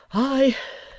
i